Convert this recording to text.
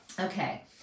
Okay